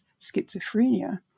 schizophrenia